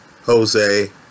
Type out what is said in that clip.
Jose